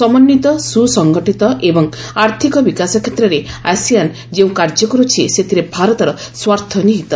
ସମନ୍ୱିତ ସୁସଙ୍ଗଠିତ ଏବଂ ଆର୍ଥକ ବିକାଶ କ୍ଷେତ୍ରରେ ଆସିଆନ୍ ଯେଉଁ କାର୍ଯ୍ୟ କରୁଛି ସେଥିରେ ଭାରତର ସ୍ୱାର୍ଥ ନିହିତ